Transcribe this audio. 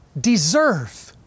deserve